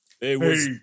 Hey